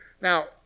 now